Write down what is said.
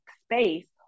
space